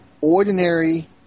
ordinary